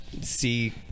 see